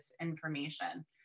information